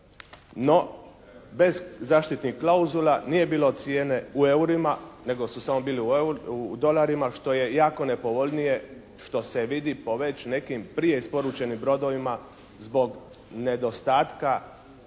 no bez zaštitnih klauzula nije bilo cijene u eurima nego su bile u dolarima što je jako nepovoljnije što se vidi po već nekim prije isporučenim brodovima zbog nedostatka